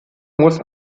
muss